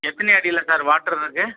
எத்தினை அடியில் sir water இருக்குது